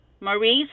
Maurice